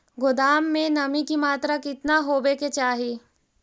गोदाम मे नमी की मात्रा कितना होबे के चाही?